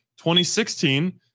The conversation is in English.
2016